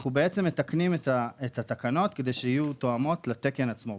אנחנו בעצם מתקנים את התקנות כדי שיהיו תואמות לתקן עצמו.